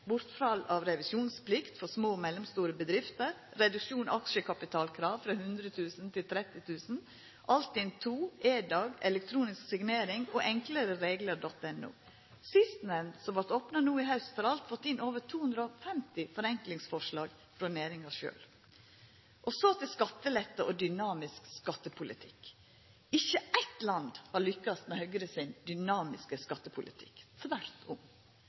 bortfall av revisjonsplikt for små- og mellomstore bedrifter, reduksjon av aksjekapitalkrav frå 100 000 kr til 30 000 kr, Altinn II, EDAG, elektronisk signering og enklereregler.no. Sistnemnde, som vart opna no i haust, har alt fått inn over 250 forenklingsforslag frå næringa sjølv. Så til skattelette og dynamisk skattepolitikk. Ikkje eitt land har lykkast med Høgre sin dynamiske skattepolitikk, tvert om.